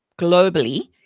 globally